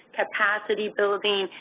capacity building,